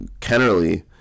Kennerly